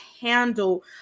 handle